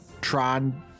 Tron